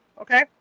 Okay